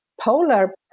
polar